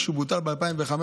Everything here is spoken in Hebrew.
כשהוא בוטל ב-2015,